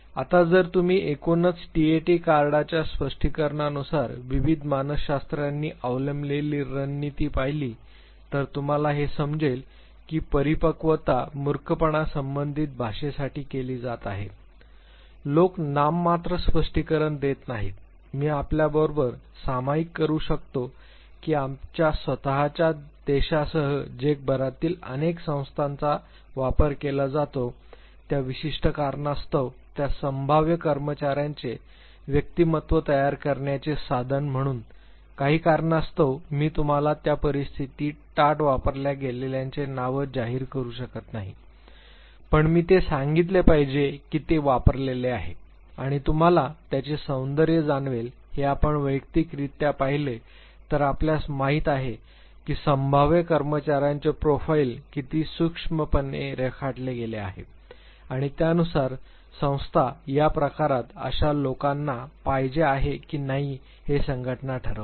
आता जर तुम्ही एकूणच टीएटी कार्डच्या स्पष्टीकरणानुसार विविध मानसशास्त्रज्ञांनी अवलंबिलेली रणनीती पाहिली तर तुम्हाला हे समजेल की परिपक्वता मुर्खपणासंबंधित भाषेसाठी केली जात आहे लोक नाममात्र स्पष्टीकरण देत नाहीत मी आपल्याबरोबर सामायिक करू शकतो की आमच्या स्वत च्या देशासह जगभरातील अनेक संस्थांचा वापर केला जातो त्या विशिष्ट कारणास्तव त्या संभाव्य कर्मचार्याचे व्यक्तिमत्त्व तयार करण्याचे साधन म्हणून काही कारणास्तव मी तुम्हाला त्या परिस्थितीत टाट वापरल्या गेलेल्यांचे नाव जाहीर करू शकत नाही परंतु मी ते सांगीतले पाहिजे की ते वापरलेले आहे आणि तुम्हाला त्याचे सौंदर्य जाणवेल हे आपण वैयक्तिकरित्या पाहिले तर आपल्यास माहित आहे की संभाव्य कर्मचार्यांचे प्रोफाइल किती सूक्ष्मपणे रेखाटले गेले आहे आणि त्यानुसार संस्था या प्रकारात अशा लोकांना पाहिजे आहे की नाही हे संघटना ठरवते